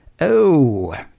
Oh